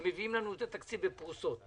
הם מביאים לנו את התקציב בפרוסות.